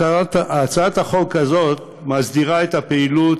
הצעת החוק הזאת מסדירה את הפעילות